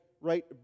right